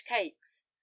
cakes